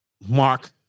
Mark